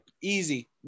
easy